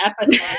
episode